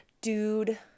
dude